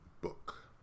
Book